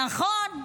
נכון,